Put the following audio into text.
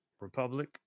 republic